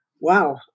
Wow